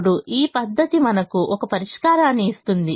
ఇప్పుడు ఈ పద్ధతి మనకు ఒక పరిష్కారాన్ని ఇస్తుంది